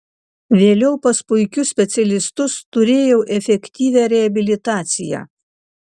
vėliau pas puikius specialistus turėjau efektyvią reabilitaciją